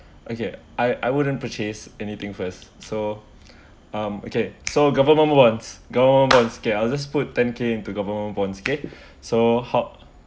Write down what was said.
okay I I wouldn't purchase anything first so um okay so government bonds government bonds okay I just put ten K into government bonds okay so how